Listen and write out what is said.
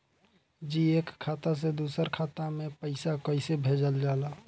जी एक खाता से दूसर खाता में पैसा कइसे भेजल जाला?